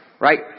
Right